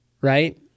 right